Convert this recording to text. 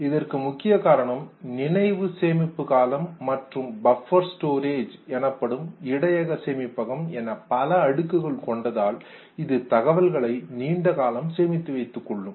இதற்கு முக்கிய காரணம் நினைவு சேமிப்பு காலம் மற்றும் பப்பர் ஸ்டோரேஜ் எனப்படும் இடையக சேமிப்பகம் என பல அடுக்குகள் கொண்டதால் இது தகவல்களை நீண்டகாலம் சேமித்து வைத்துகொள்ளும்